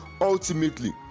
ultimately